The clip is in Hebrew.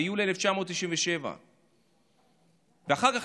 ביולי 1997. אחר כך,